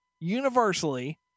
Universally